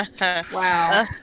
Wow